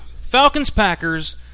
Falcons-Packers